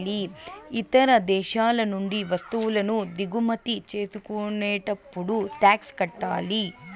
ఇతర దేశాల నుండి వత్తువులను దిగుమతి చేసుకునేటప్పుడు టాక్స్ కట్టాలి